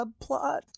subplot